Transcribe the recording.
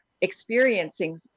experiencing